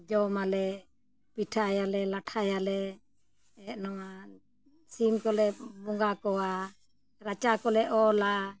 ᱡᱚᱢᱟᱞᱮ ᱯᱤᱴᱷᱟᱹᱭᱟᱞᱮ ᱞᱟᱴᱷᱟᱭᱟᱞᱮ ᱱᱚᱣᱟ ᱥᱤᱢ ᱠᱚᱞᱮ ᱵᱚᱸᱜᱟ ᱠᱚᱣᱟ ᱨᱟᱪᱟ ᱠᱚᱞᱮ ᱚᱞᱟ